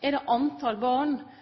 det talet på barn